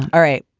all right.